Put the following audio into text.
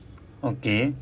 okay